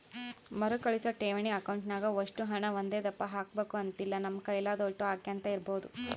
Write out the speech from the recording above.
ಮರುಕಳಿಸೋ ಠೇವಣಿ ಅಕೌಂಟ್ನಾಗ ಒಷ್ಟು ಹಣ ಒಂದೇದಪ್ಪ ಹಾಕ್ಬಕು ಅಂತಿಲ್ಲ, ನಮ್ ಕೈಲಾದೋಟು ಹಾಕ್ಯಂತ ಇರ್ಬೋದು